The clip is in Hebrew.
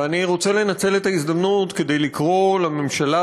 ואני רוצה לנצל את ההזדמנות כדי לקרוא לממשלה,